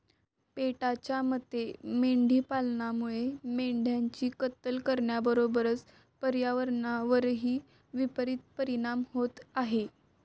पेटाच्या मते मेंढी पालनामुळे मेंढ्यांची कत्तल करण्याबरोबरच पर्यावरणावरही विपरित परिणाम होत आहे